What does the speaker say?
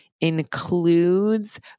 includes